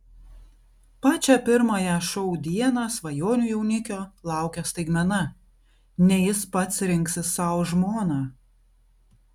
pačią pirmąją šou dieną svajonių jaunikio laukia staigmena ne jis pats rinksis sau žmoną